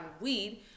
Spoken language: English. weed